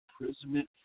imprisonment